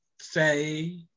say